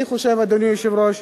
אני חושב, אדוני היושב-ראש,